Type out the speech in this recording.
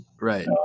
Right